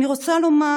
אני רוצה לומר